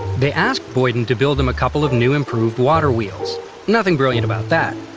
they asked boyden to build them a couple of new, improved water wheels nothing brilliant about that.